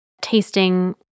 tasting